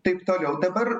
taip toliau dabar